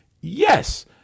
yes